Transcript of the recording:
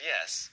Yes